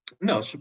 no